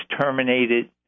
terminated